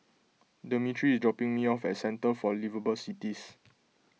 Demetri is dropping me off at Centre for Liveable Cities